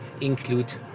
include